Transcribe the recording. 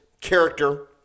character